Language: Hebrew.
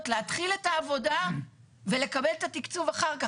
להתחיל את העבודה ולקבל את התקצוב אחר כך.